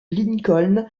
lincoln